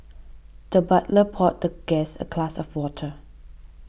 the butler poured the guest a class of water